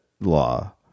law